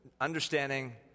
understanding